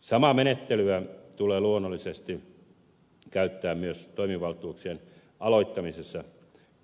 samaa menettelyä tulee luonnollisesti käyttää myös toimivaltuuksien aloittamisessa